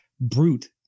brute